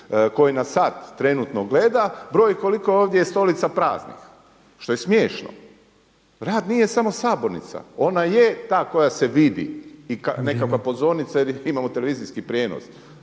koji nas sada trenutno gleda broji koliko je ovdje stolica praznih, što je smiješno. Rad nije samo sabornica, ona je ta koja se vidi i nekakva pozornica .… /Upadica Petrov: Vrijeme./